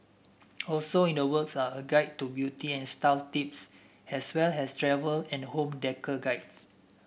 also in the works are a guide to beauty and style tips as well as travel and home guides